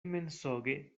mensoge